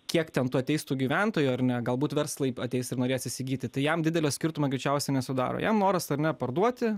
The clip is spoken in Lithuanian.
kiek ten tų ateis tų gyventojų ar ne galbūt verslai ateis ir norės įsigyti tai jam didelio skirtumo greičiausia nesudaro jam noras ar ne parduoti